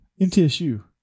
MTSU